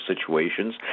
situations